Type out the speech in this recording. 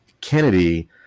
Kennedy